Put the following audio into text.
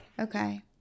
okay